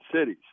cities